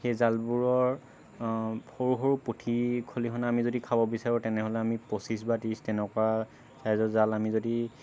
সেই জালবোৰৰ সৰু সৰু পুঠি খলিহনা আমি যদি খাব বিচাৰোঁ তেনেহ'লে আমি পঁচিছ বা ত্ৰিছ তেনেকুৱা চাইজৰ জাল আমি যদি